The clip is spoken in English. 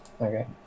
Okay